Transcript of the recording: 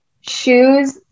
shoes